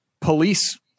police